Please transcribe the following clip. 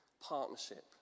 Partnership